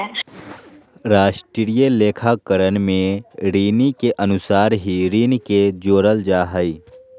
राष्ट्रीय लेखाकरण में ऋणि के अनुसार ही ऋण के जोड़ल जा हइ